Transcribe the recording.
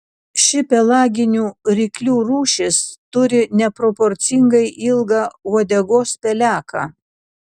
ši pelaginių ryklių rūšis turi neproporcingai ilgą uodegos peleką